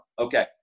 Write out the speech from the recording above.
Okay